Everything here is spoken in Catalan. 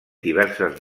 diverses